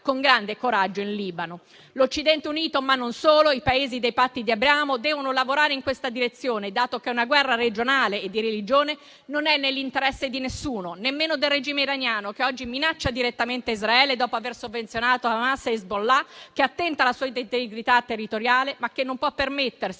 con grande coraggio in Libano. L'Occidente unito, ma non solo, i Paesi dei Patti di Abramo devono lavorare in questa direzione, dato che una guerra regionale e di religione non è nell'interesse di nessuno, nemmeno del regime iraniano, che oggi minaccia direttamente Israele dopo aver sovvenzionato Hamas e Hezbollah, che attenta alla sua integrità territoriale, ma che non può permettersi